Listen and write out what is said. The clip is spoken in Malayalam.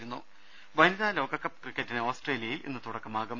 രുമ്പ്പെട്ടിര വനിതാ ലോകകപ്പ് ക്രിക്കറ്റിന് ഓസ്ട്രേലിയയിൽ ഇന്ന് തുടക്കമാകും